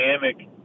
dynamic